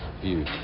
view